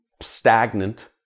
stagnant